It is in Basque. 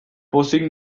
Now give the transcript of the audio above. pozik